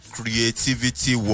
Creativity